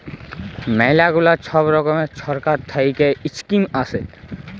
ম্যালা গুলা ছব রকমের ছরকার থ্যাইকে ইস্কিম আসে